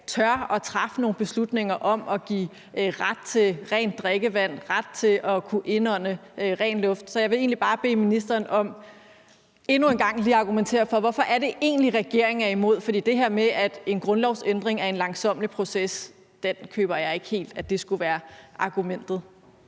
tør træffe nogle beslutninger om at give ret til rent drikkevand og ret til at kunne indånde ren luft? Så jeg vil egentlig bare bede ministeren om endnu en gang lige at argumentere for, hvorfor det egentlig er, at regeringen er imod, for det her med, at en grundlovsændring er en langsommelig proces, køber jeg ikke helt skulle være argumentet.